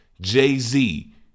jay-z